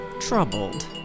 troubled